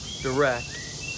direct